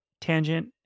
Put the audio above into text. tangent